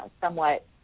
somewhat